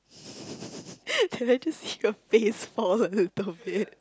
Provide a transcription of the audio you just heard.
did I just see your face fall a little bit